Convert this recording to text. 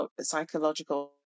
psychological